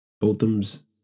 Botham's